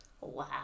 Wow